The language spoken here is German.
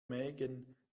mägen